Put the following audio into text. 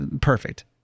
perfect